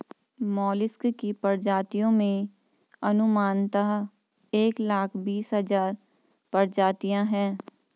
mollusc की प्रजातियों में अनुमानतः एक लाख बीस हज़ार प्रजातियां है